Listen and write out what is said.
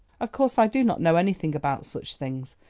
of course i do not know anything about such things,